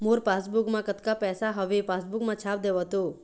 मोर passbook मा कतका पैसा हवे पासबुक मा छाप देव तो?